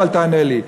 אבל תענה לי.